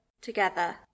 together